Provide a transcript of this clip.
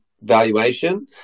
valuation